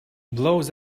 blows